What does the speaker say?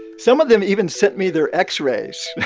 some of them even sent me their x-rays,